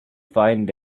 find